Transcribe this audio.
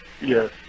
Yes